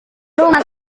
rumah